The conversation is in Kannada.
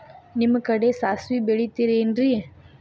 ನಿಮ್ಮ ಕಡೆ ಸಾಸ್ವಿ ಬೆಳಿತಿರೆನ್ರಿ?